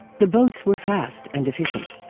the boats were fast and efficient.